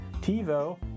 TiVo